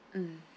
mm